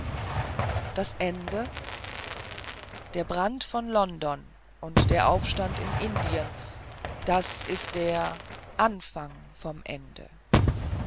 das ende der brand von london und der aufstand in indien das das ist der anfang vom ende